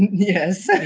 yes